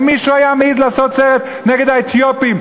אם מישהו היה מעז לעשות סרט נגד האתיופים,